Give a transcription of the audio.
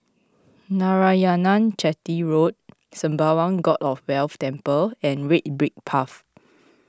Narayanan Chetty Road Sembawang God of Wealth Temple and Red Brick Path